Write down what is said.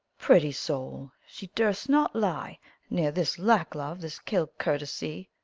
pretty soul! she durst not lie near this lack-love, this kill-courtesy.